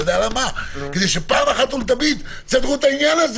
כדי שפעם אחת ולתמיד תסדרו את זה.